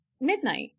midnight